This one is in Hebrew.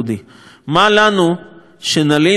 מה לנו שנלין על אונסק"ו,